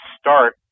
start